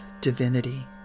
divinity